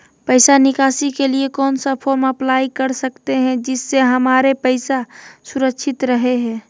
पैसा निकासी के लिए कौन सा फॉर्म अप्लाई कर सकते हैं जिससे हमारे पैसा सुरक्षित रहे हैं?